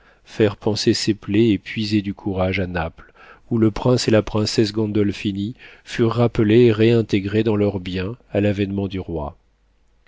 faire panser ses plaies et puiser du courage à naples où le prince et la princesse gandolphini furent rappelés et réintégrés dans leurs biens à l'avénement du roi